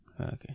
Okay